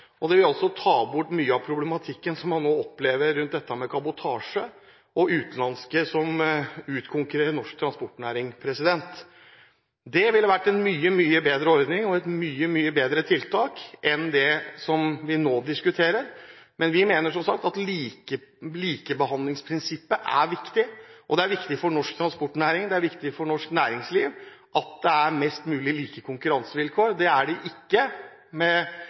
og det vil også ta bort mye av problematikken man nå opplever rundt dette med kabotasje og utenlandske som utkonkurrerer norsk transportnæring. Det ville vært en mye, mye bedre ordning og et mye, mye bedre tiltak enn det vi nå diskuterer, men vi mener som sagt at likebehandlingsprinsippet er viktig. Det er viktig for norsk transportnæring og norsk næringsliv at det er mest mulig like konkurransevilkår. Det er det ikke med